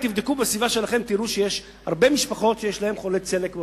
תבדקו בסביבה שלכם ותראו שיש הרבה משפחות שיש להן חולי צליאק בבית.